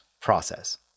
process